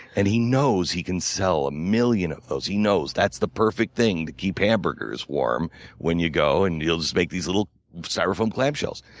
and he knows he can sell a million of those. he knows. that's the perfect thing to keep hamburgers warm when you go. and he'll just make these little styrofoam clamshells.